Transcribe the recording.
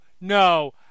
no